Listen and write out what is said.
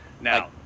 Now